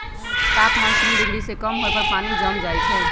तापमान शुन्य डिग्री से कम होय पर पानी जम जाइ छइ